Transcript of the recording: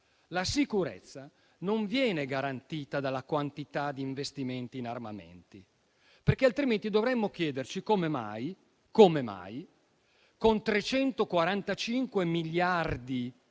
destra, non venga garantita dalla quantità di investimenti in armamenti. Altrimenti, dovremmo chiederci come mai, con 345 miliardi